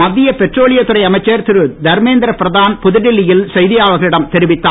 மத்திய பெட்ரோலியத்துறை அமைச்சர் திரு தர்மேந்திரபிரதான் புதுடெல்லியில் செய்தியாளர்களிடம் தெரிவித்தார்